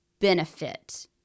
benefit